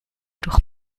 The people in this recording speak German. durch